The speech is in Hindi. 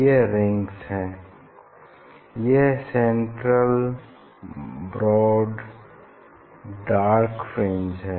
यह रिंग्स हैं यह सेंट्रल ब्रॉड डार्क फ्रिंज है